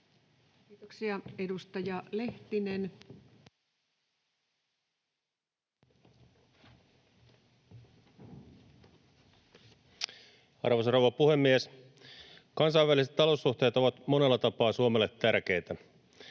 Time: 16:21 Content: Arvoisa rouva puhemies! Kansainväliset taloussuhteet ovat monella tapaa Suomelle tärkeitä.